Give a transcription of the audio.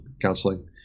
counseling